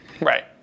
Right